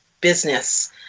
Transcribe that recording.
business